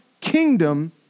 kingdom